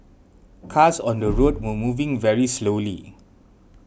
cars on the road were moving very slowly